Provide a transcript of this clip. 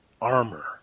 armor